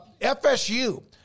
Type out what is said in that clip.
FSU